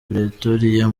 pretoria